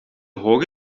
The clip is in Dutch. hoog